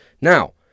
Now